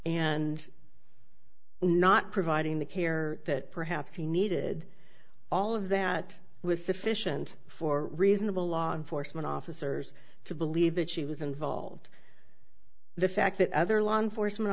and not providing the care that perhaps he needed all of that was sufficient for reasonable law enforcement officers to believe that she was involved the fact that other law enforcement